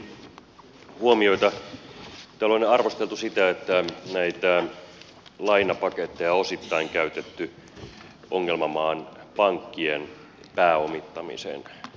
täällä on arvosteltu sitä että näitä lainapaketteja on osittain käytetty ongelmamaan pankkien pääomittamiseen